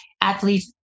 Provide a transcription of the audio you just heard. athletes